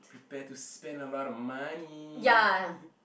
prepare to spend a lot of money